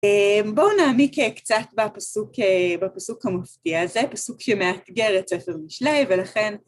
בואו נעמיק קצת בפסוק המופתיע הזה, פסוק שמאתגר את ספר משלי ולכן...